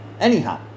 Anyhow